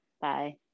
Bye